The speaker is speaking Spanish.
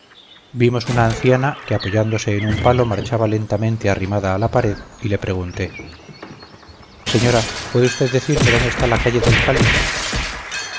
vimos una anciana que apoyándose en un palo marchaba lentamente arrimada a la pared y le pregunté señora puede usted decirme dónde está la calle del cáliz